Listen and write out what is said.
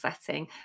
setting